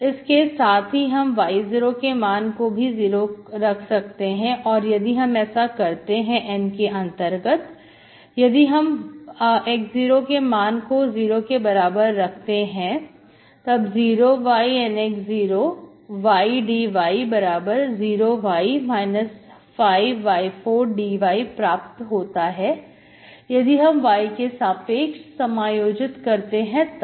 इसके साथ ही हम y0 के मान को भी 0 रख सकते हैं और यदि हम ऐसा करते हैं N के अंतर्गत यदि हम x0 के मान को 0 के बराबर रखते हैं तब 0yNx0y dy 0y 5y4 dy प्राप्त होता है यदि हम y के सापेक्ष समायोजित करते हैं तब